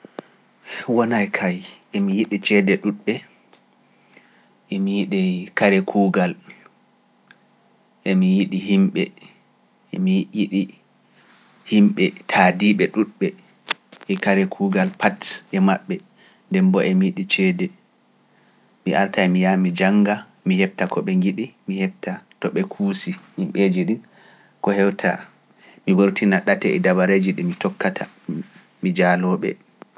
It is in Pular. Wonay kay, emi yiɗi ceede ɗuuɗɓe, emi yiɗi kare kuugal, emi yiɗi himɓe, emi yiɗi himɓe taadiiɓe ɗuuɗɓe, e kare kuugal pati e maɓɓe, nden mbo e mi yiɗi ceede, mi arta e mi yaa mi jannga, mi heɓta ko ɓe ngiɗi, mi heɓta to ɓe kuusi, himɓeeji ɗi ko hewta, mi wortina ɗate e dabareji ɗi mi tokkata, mi jaaloo ɓe.